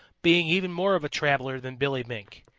being even more of a traveller than billy mink.